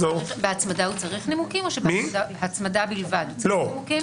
בהצמדה בלבד הוא צריך נימוקים?